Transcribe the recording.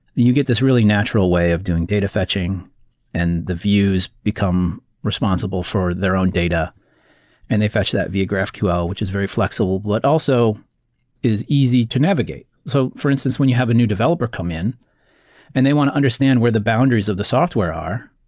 you get this really natural way of doing data fetching and the views become responsible for their own data and they fetch that via graphql, which is very flexible, but also is easy to navigate. so for instance, when you have a new developer come in and they want to understand where the boundaries of the software are,